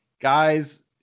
guys